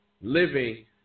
living